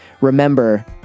Remember